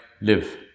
live